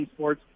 esports